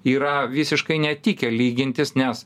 yra visiškai netikę lygintis nes